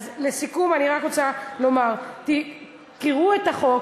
אז, לסיכום, אני רק רוצה לומר: קראו את החוק,